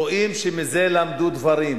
200,000 שקל לא מונעים מאף אחד לבוא ולגור.